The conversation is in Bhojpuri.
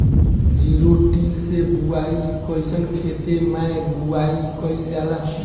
जिरो टिल से बुआई कयिसन खेते मै बुआई कयिल जाला?